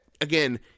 again